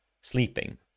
sleeping